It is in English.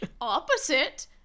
Opposite